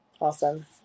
Awesome